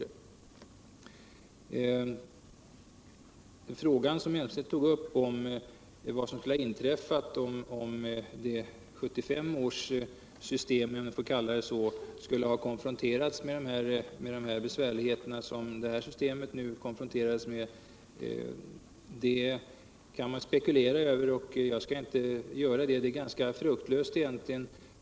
Den fråga som Claes Elmstedt tog upp. vad som skulle ha inträffat om 1975 års system — låt mig kalla dei så — skulle ha mött de besvärligheter som det nuvarande har konfronterats med, kan man spekulera över. men jag skall inte göra det. Det är egentligen ganska fruktlöst.